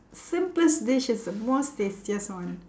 simplest dish is the most tastiest one